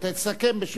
תסכם.